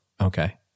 Okay